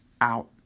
out